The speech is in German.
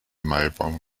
maibaum